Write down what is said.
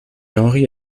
henri